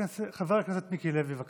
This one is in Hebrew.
חבר הכנסת מיקי לוי, בבקשה,